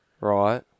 Right